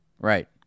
Right